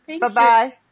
Bye-bye